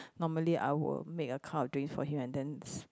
normally I will make a cup of drink for him and then